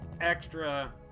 extra